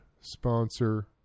sponsor